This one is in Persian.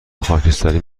خاکستری